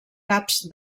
caps